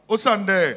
Osande